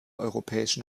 europäischen